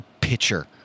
pitcher